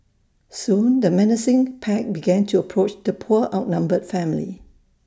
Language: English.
soon the menacing pack began to approach the poor outnumbered family